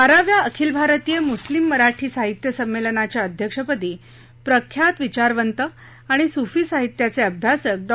बाराव्या अखिल भारतीय मुस्लिम मराठी साहित्य संमेलनाच्या अध्यक्षपदी प्रख्यात विचारवंत आणि सूफी साहित्याचे अभ्यासक डॉ